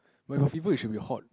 when got fever it should be hot